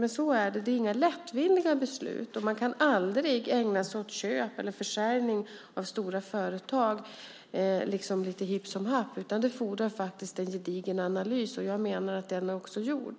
Det är inga lättvindiga beslut, och man kan aldrig ägna sig åt köp eller försäljning av stora företag lite hipp som happ, utan det fordrar en gedigen analys. Jag menar att den också är gjord.